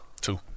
Two